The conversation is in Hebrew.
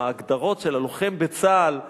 או ההגדרות של הלוחם בצה"ל,